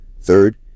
Third